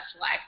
life